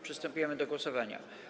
Przystępujemy do głosowania.